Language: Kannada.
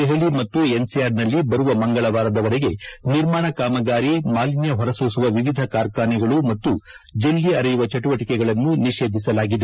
ದೆಹಲಿ ಮತ್ತು ಎನ್ಸಿಆರ್ನಲ್ಲಿ ಬರುವ ಮಂಗಳವಾರದವರೆಗೆ ನಿರ್ಮಾಣ ಕಾಮಗಾರಿ ಮಾಲಿನ್ಯ ಹೊರಸೂಸುವ ವಿವಿಧ ಕಾರ್ಖಾನೆಗಳು ಮತ್ತು ಜಲ್ಲಿ ಅರೆಯುವ ಚಟುವಟಕೆಗಳನ್ನು ನಿಷೇಧಿಸಲಾಗಿದೆ